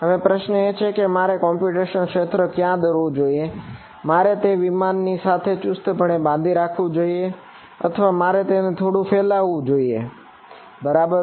હવે પ્રશ્ન એ છે કે મારે કોમ્પ્યુટેશનલ ક્ષેત્ર ક્યાં દોરવું જોઈએ મારે તેને વિમાન ની સાથે ચુસ્તપણે બાંધીને રાખવું જોઈએ અથવા મારે તેને થોડું ફેલાવવું જોઈએ બરાબર